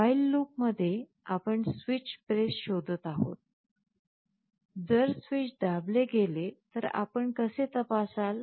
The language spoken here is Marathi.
while लूप मध्ये आपण स्विच प्रेस शोधत आहोत जर स्विच दाबले गेले तर आपण कसे तपासाल